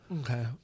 Okay